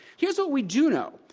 here's what we do know.